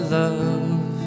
love